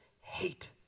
hate